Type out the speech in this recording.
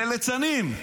אילו ליצנים,